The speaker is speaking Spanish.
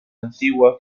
antigua